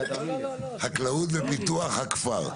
משרד החקלאות ופיתוח הכפר.